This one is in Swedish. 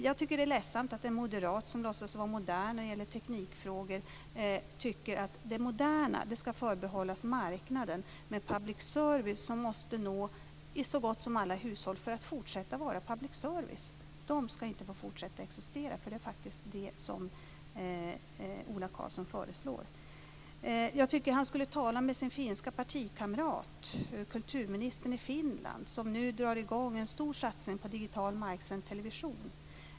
Jag tycker att det är ledsamt att en moderat, som låtsas vara modern när det gäller teknikfrågor, tycker att det moderna ska förbehållas marknaden. Public service däremot, som måste nå så gott som alla hushåll för att fortsätta vara public service, ska inte få fortsätta att existera. Det är faktiskt det som Ola Karlsson föreslår. Jag tycker att han borde tala med sin partikamrat den finska kulturministern, som nu drar i gång en stor satsning på digital marksänd television.